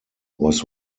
was